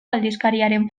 aldizkariaren